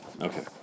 Okay